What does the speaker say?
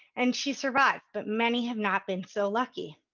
and she survived. but many have not been so lucky.